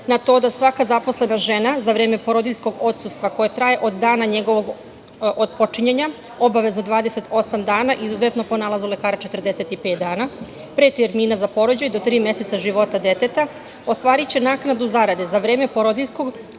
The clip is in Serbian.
na to da svaka zaposlena žena za vreme porodiljskog odsustva koje traje od dana njegovog počinjanja obavezno 28 dana, izuzetno po nalogu lekara 45 dana pre termina za porođaj do tri meseca života deteta ostvariće naknadu zarade za vreme porodiljskog koja